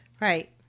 Right